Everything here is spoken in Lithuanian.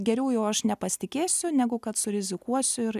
geriau jau aš nepasitikėsiu negu kad surizikuosiu ir